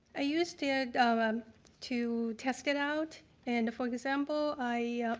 i used it um to test it out. and for example, i,